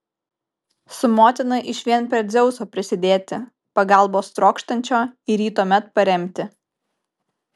su motina išvien prie dzeuso prisidėti pagalbos trokštančio ir jį tuomet paremti